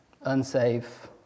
Unsafe